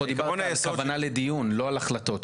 הכוונה היא לדיון, לא על החלטות.